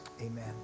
Amen